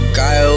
guy